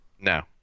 No